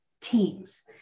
teams